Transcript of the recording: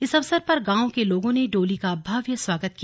इस अवसर पर गांव के लोगों ने डोली का भव्य स्वागत किया